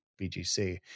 bgc